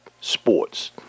sports